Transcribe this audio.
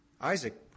Isaac